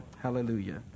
Hallelujah